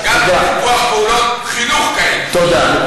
פעולות חינוך כאלה, תודה.